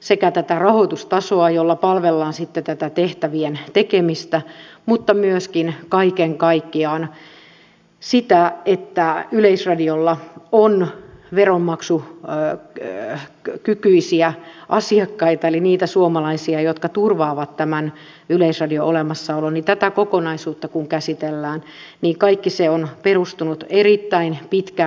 sekä tätä rahoitustasoa jolla palvellaan sitten tätä tehtävien tekemistä mutta myöskin kaiken kaikkiaan sitä että yleisradiolla on veronmaksukykyisiä asiakkaita eli niitä suomalaisia jotka turvaavat tämän yleisradion olemassaolon ja tätä kokonaisuutta kun käsitellään niin kaikki se on perustunut erittäin pitkään ja vaivalloiseen työhön